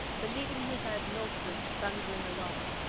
believing he heard north wind thundering along.